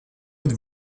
êtes